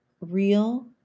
real